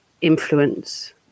influence